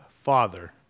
father